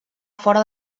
fora